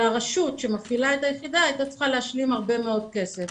והרשות שמפעילה את היחידה הייתה צריכה להשלים הרבה מאוד כסף.